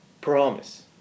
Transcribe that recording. promise